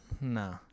No